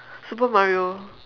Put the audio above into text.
super Mario